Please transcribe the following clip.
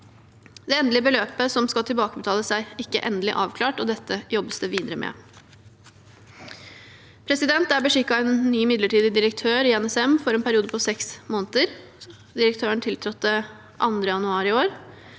Det endelige beløpet som skal tilbakebetales, er ikke endelig avklart. Dette jobbes det videre med. Det er beskikket en ny midlertidig direktør i NSM for en periode på seks måneder. Direktøren tiltrådte 2. januar i år.